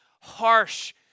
harsh